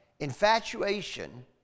Infatuation